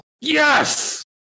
Yes